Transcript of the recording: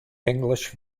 english